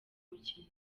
mukino